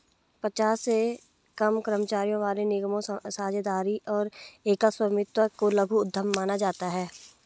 पचास से कम कर्मचारियों वाले निगमों, साझेदारी और एकल स्वामित्व को लघु उद्यम माना जाता है